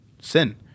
sin